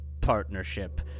partnership